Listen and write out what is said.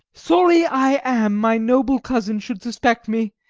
sorry i am my noble cousin should suspect me,